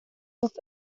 ist